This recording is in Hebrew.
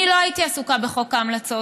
אני לא הייתי עסוקה בחוק ההמלצות.